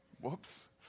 Whoops